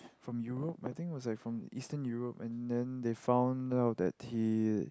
from Europe I think was like from eastern Europe and then they found out that he